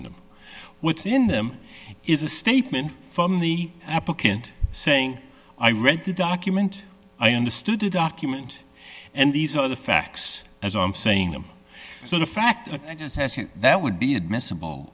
them what's in them is a statement from the applicant saying i read the document i understood the document and these are the facts as i'm saying them so the fact that would be admissible